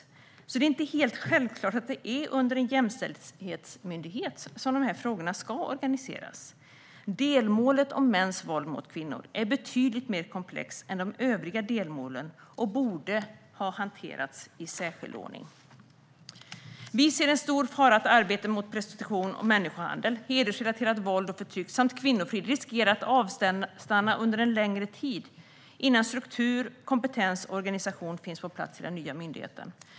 Det är alltså inte helt självklart att de här frågorna ska organiseras under en jämställdhetsmyndighet. Delmålet om mäns våld mot kvinnor är betydligt mer komplext än de övriga delmålen och borde ha hanterats i särskild ordning. Vi ser en stor fara för att arbete med prostitution och människohandel, hedersrelaterat våld och förtryck samt kvinnofrid riskerar att avstanna under en längre tid, innan struktur, kompetens och organisation finns på plats i den nya myndigheten.